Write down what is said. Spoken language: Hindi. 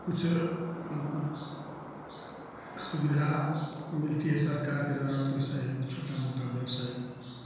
कुछ उनको सुविधा मिलती है सरकार के द्वारा प्रोत्साहन छोटा मोटा व्यावसायिक